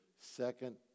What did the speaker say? second